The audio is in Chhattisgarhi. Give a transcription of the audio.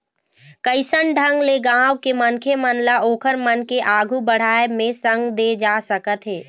कइसन ढंग ले गाँव के मनखे मन ल ओखर मन के आघु बड़ाय म संग दे जा सकत हे